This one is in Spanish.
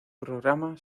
programa